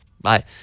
Bye